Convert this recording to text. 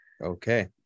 Okay